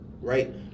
right